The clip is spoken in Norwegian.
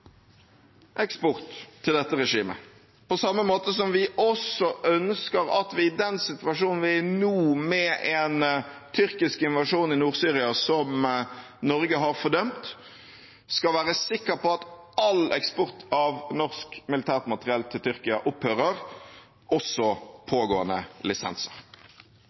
eksport til dette regimet, på samme måte som vi også ønsker at vi i den situasjonen vi er i nå, med en tyrkisk invasjon i Nord-Syria som Norge har fordømt, skal være sikker på at all eksport av norsk militært materiell til Tyrkia opphører – også pågående lisenser.